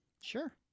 Sure